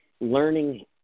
learning